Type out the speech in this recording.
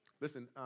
listen